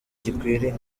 gikwiriye